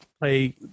play